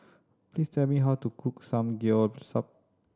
please tell me how to cook Samgeyopsal